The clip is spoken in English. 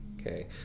okay